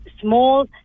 small